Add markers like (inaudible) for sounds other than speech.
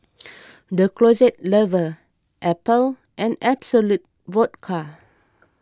(noise) the Closet Lover Apple and Absolut Vodka